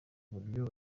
buryo